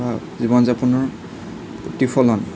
বা জীৱন যাপনৰ প্ৰতিফলন